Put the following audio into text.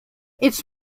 its